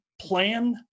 plan